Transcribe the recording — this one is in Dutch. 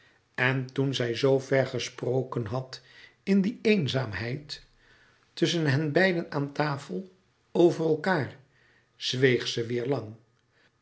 en toen zij zoo ver gesproken had in die eenzaamheid tusschen henbeiden aan tafel over elkaâr zweeg ze weêr lang